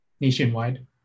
nationwide